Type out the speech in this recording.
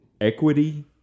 Equity